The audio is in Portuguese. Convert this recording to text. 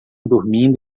dormindo